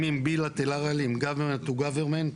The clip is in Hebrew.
גבוה.